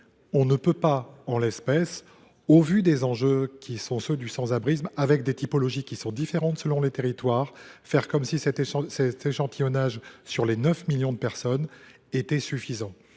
de personnes. En l’espèce, au vu des enjeux qui sont ceux du sans abrisme, avec des typologies différentes selon les territoires, on ne peut pas faire comme si cet échantillonnage de 9 millions de personnes était suffisant.